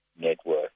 Network